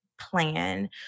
plan